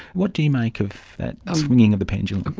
what do you make of that swinging of the pendulum?